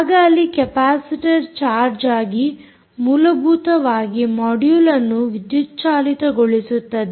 ಆಗ ಅಲ್ಲಿ capacitor charge ಆಗಿ ಮೂಲಭೂತವಾಗಿ ಮೊಡ್ಯೂಲ್ಅನ್ನು ವಿದ್ಯುತ್ ಚಾಲಿತಗೊಳಿಸುತ್ತದೆ